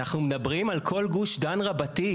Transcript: אנחנו מדברים על כל גוש דן רבתי.